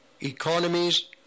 economies